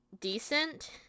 decent